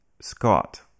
Scott